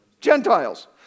Gentiles